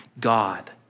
God